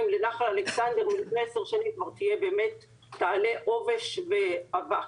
לנחל אלכסנדר מלפני עשר שנים באמת תעלה עובש ואבק.